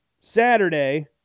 Saturday